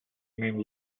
named